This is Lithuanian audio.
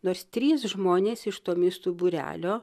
nors trys žmonės iš tomistų būrelio